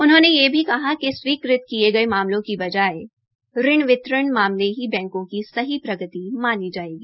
उन्होंने यह भी किया कि स्वीकृत किये गये मामलों की बजाये ऋण वितरण मामले ही बैंकों को सही प्रगति मानी जायेगी